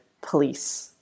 police